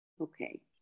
okay